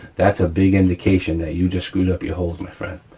that's a big indication that you just screwed up your holes, my friend,